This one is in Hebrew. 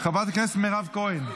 חברת הכנסת מירב כהן,